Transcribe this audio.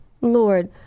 Lord